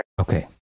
Okay